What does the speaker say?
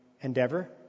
endeavor